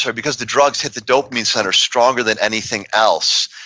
so because the drugs hit the dopamine center stronger than anything else,